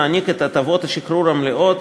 מעניק את הטבות השחרור המלאות,